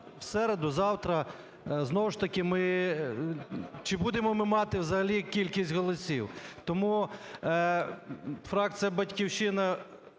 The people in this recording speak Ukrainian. в середу, завтра, знову ж таки… чи будемо ми мати взагалі кількість голосів. Тому фракція "Батьківщина"